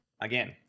again